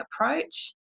approach